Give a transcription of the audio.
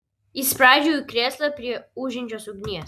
įsispraudžiau į krėslą prie ūžiančios ugnies